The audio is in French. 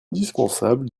indispensable